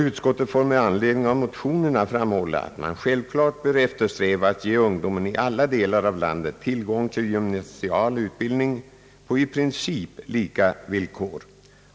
Utskottet får med anledning av motionerna framhålla att man självklart bör eftersträva att ge ungdomen i alla delar av landet tillgång till gymnasial utbildning på i princip lika villkor.